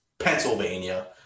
Pennsylvania